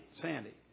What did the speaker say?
Sandy